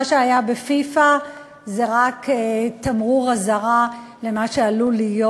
מה שהיה בפיפ"א זה רק תמרור אזהרה למה שעלול להיות.